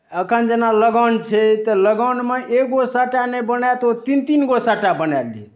एखन जेना लगन छै तऽ लगनमे एगो साटा नहि बनायत ओ तीन तीनगो साटा बनाए लेत